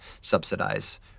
subsidize